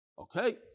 Okay